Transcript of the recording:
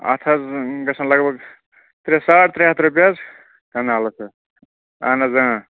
اَتھ حظ گژھن لگ بگ ترٛےٚ ساڑ ترٛےٚ ہَتھ رۄپیہِ حظ کَنالَس حظ اَہَن حظ